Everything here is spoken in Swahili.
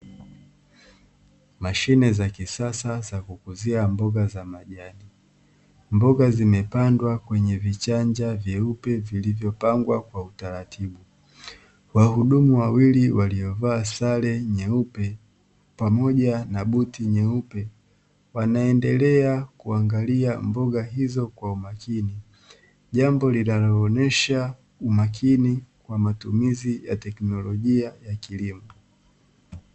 Mashine za kisasa za kukuzia mboga za majani. Mboga zimepandwa kwenye vichanja vyeupe vilivyopangwa kwa utaratibu. Wahudumu wawili waliovaa sare nyeupe pamoja na buti nyeupe, wanaendelea kuangalia mboga hizo kwa umakini. Jambo linaloonesha umakini kwa matumizi ya teknolojia ya kilimo.